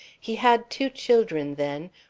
he had two children then,